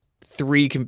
three